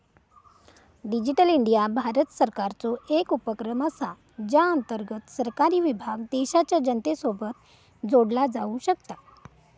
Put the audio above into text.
digital India Bharat सरकारचो एक उपक्रम असा ज्या अंतर्गत सरकारी विभाग देशाच्या जनतेसोबत जोडला जाऊ शकता